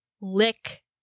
lick